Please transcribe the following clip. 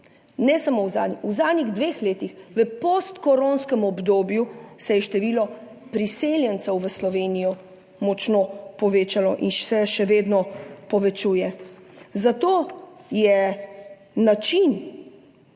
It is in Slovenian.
spremenile, v zadnjih dveh letih, v postkoronskem obdobju, se je število priseljencev v Slovenijo močno povečalo in se še vedno povečuje. Zato je način,